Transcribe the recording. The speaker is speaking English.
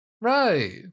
Right